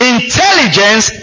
Intelligence